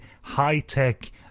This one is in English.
high-tech